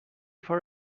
for